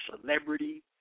celebrity